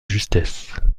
justesse